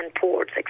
ports